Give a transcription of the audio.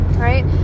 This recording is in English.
right